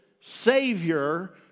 Savior